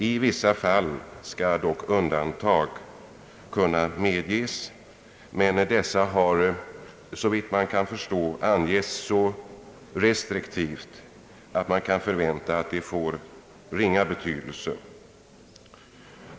I vissa fall skall undantag dock kunna medges, men dessa har såvitt man kan förstå angetts så restriktivt att de kan förväntas få ringa betydelse.